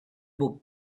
book